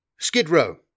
Skidrow